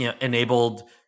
enabled